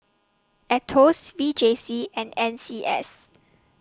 Aetos V J C and N C S